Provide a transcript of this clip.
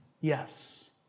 Yes